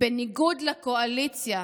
בניגוד לקואליציה,